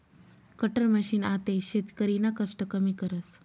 cutter machine आते शेतकरीना कष्ट कमी करस